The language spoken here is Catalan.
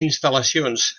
instal·lacions